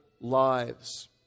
lives